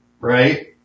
Right